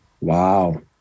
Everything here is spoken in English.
Wow